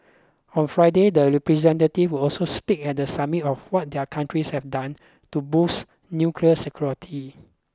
on Friday the representatives will also speak at the summit of what their countries have done to boost nuclear security